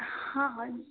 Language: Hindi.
हाँ हाँ